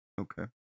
okay